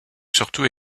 surtout